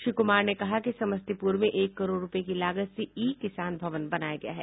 श्री कुमार कहा कि समस्तीपूर में एक करोड़ रूपये की लागत से ई किसान भवन बनाया गया है